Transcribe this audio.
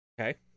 okay